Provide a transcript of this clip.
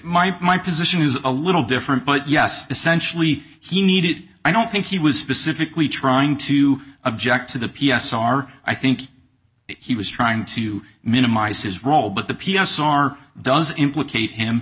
might my position is a little different but yes essentially he needed i don't think he was specifically trying to object to the p s r i think he was trying to minimize his role but the p s r does implicate him